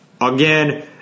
again